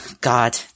God